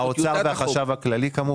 כמובן יהיו גם האוצר והחשב הכללי והמרכזים,